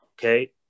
okay